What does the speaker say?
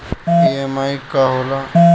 EMI का होला?